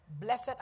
Blessed